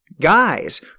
guys